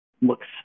looks